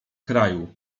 kraju